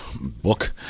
book